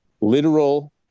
literal